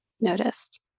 noticed